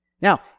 Now